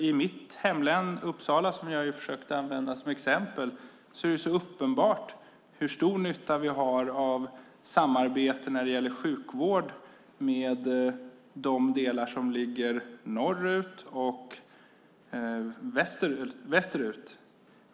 I mitt hemlän, Uppsala, som jag försökte använda som exempel är det uppenbart hur stor nytta vi har av samarbete när det gäller sjukvård med de delar som ligger norrut och västerut.